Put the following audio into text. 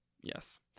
Yes